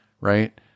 right